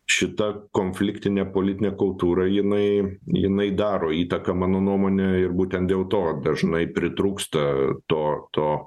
šita konfliktinė politinė kultūra jinai jinai daro įtaką mano nuomone ir būtent dėl to dažnai pritrūksta to to